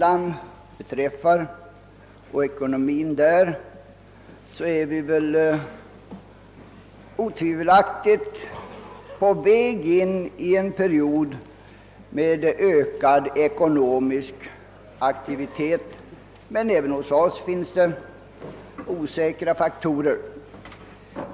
Vad beträffar vårt eget lands ekonomi är vi otvivelaktigt på väg in i en period med ökad ekonomisk aktivitet; men även hos oss finns det osäkra faktorer.